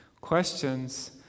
Questions